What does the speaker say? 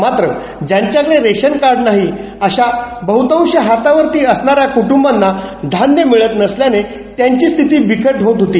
मात्र ज्याच्याकडे ration card नाही अशा बहुतांश हातावरती असणाऱया कुटुंबाना मात्र धान्य मिळत नसल्यानं त्यांची स्थिती बिकट होती